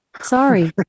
Sorry